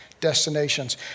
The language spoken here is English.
destinations